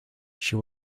she